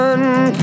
One